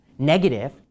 negative